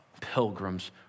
Pilgrim's